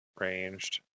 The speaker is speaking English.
Ranged